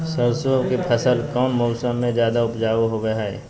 सरसों के फसल कौन मौसम में ज्यादा उपजाऊ होबो हय?